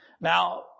Now